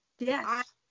Yes